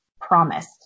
promised